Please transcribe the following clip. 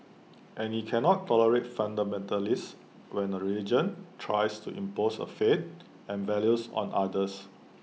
and he can not tolerate fundamentalists when A religion tries to impose A faith and values on others